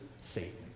Satan